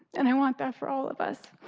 and i want that for all of us.